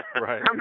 Right